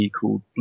called